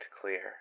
clear